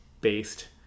based